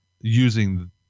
using